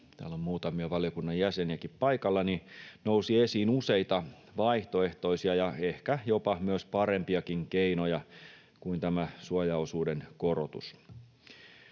täällä on muutamia valiokunnan jäseniäkin paikalla — nousi esiin useita vaihtoehtoisia ja ehkä jopa myös parempiakin keinoja kuin tämä suojaosuuden korotus.